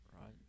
right